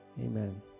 Amen